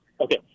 Okay